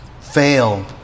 fail